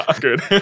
Good